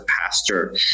pastor